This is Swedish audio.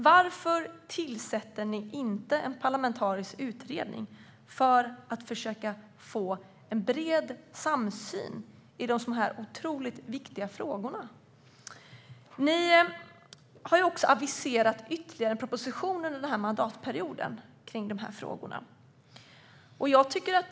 Varför tillsätter ni inte en parlamentarisk utredning för att försöka få en bred samsyn i dessa viktiga frågor? Ni har också aviserat ytterligare en proposition i de här frågorna under mandatperioden.